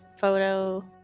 photo